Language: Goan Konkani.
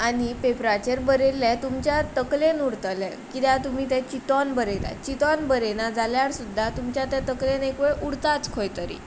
आनी पेपराचेर बरयल्लें तुमच्या तकलेन उरतलें किद्या तुमी तें चिंतोन बरयतात चिंतोन बरयना जाल्यार सुद्दां तुमच्या त्या तकलेन एक उरताच खंय तरी